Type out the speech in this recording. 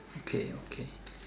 okay okay